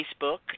Facebook